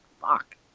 fuck